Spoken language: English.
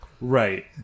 Right